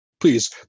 Please